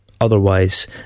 otherwise